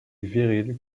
viril